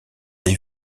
des